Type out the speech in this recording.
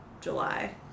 july